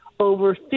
Over